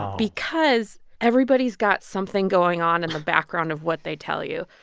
because everybody's got something going on in the background of what they tell you.